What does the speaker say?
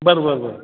बरं बरं बरं